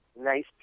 nice